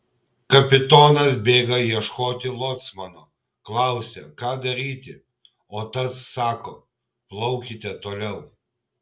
kapitonas bėga ieškoti locmano klausia ką daryti o tas sako plaukite toliau